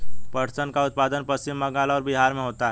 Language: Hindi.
पटसन का उत्पादन पश्चिम बंगाल और बिहार में होता है